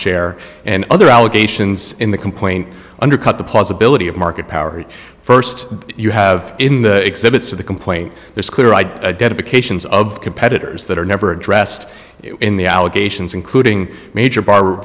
share and other allegations in the complaint undercut the possibility of market power first you have in the exhibits of the complaint there's clear identifications of competitors that are never addressed in the allegations including major bar